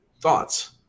Thoughts